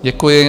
Děkuji.